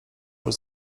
już